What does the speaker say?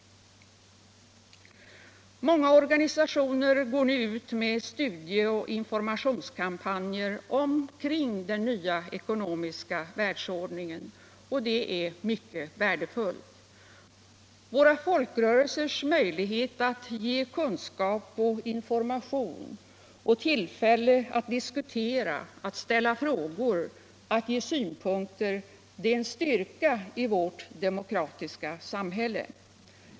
Många organisationer går nu ut med studic och informationskampanjer omkring den nya ekonomiska världsordningen. Detta är mycket värdefuilt. Våra folkrörelsers möjlighet att ge kunskap och information med tillfälle att diskutera, ställa frågor och anlägga synpunkter är en styrka i vårt demokratiska samhälle.